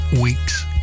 week's